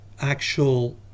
actual